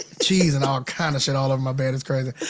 cheese and all kind of shit all over my bed, it's crazy.